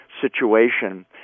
situation